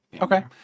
Okay